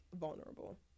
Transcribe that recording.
vulnerable